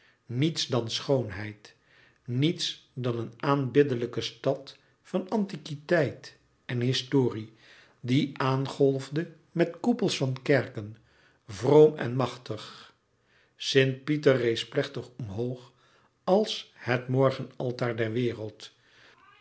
niets dan schoonheid niets dan een aanbiddelijke stad van antiquiteit en historie die aangolfde met koepels van kerken vroom en machtig sint pieter rees plechtig omhoog als het morgenaltaar der wereld